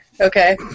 Okay